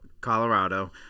Colorado